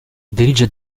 dirige